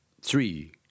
Three